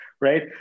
right